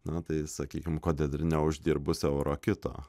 na tai sakykim kodėl gi neuždirbus euro kito